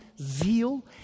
zeal